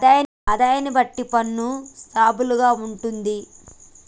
ఆదాయాన్ని బట్టి పన్ను స్లాబులు గా ఉంటుంది